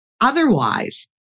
otherwise